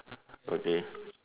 okay